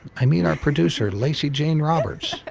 i meet our producer lacy jane roberts,